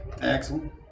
Excellent